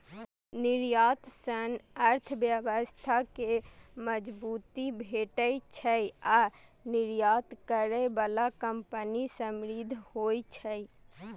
निर्यात सं अर्थव्यवस्था कें मजबूती भेटै छै आ निर्यात करै बला कंपनी समृद्ध होइ छै